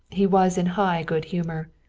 he was in high good humor.